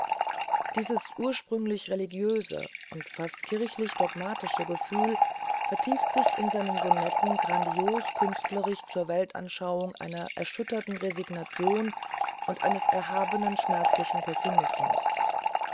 dieses ursprünglich religiöse und fast kirchlich dogmatische gefühl vertieft sich in seinen sonetten grandios künstlerisch zur weltanschauung einer erschütternden resignation und eines erhaben schmerzlichen pessimismus